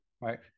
right